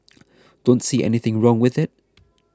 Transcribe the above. don't see anything wrong with it